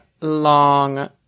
long